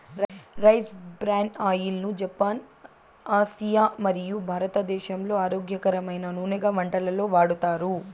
rice bran oil ను Japan, Asia మరియు భారతదేశంలో ఆరోగ్యకరమైన నూనెగా వంటలలో వాడతారు